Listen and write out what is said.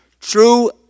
True